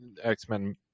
x-men